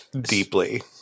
deeply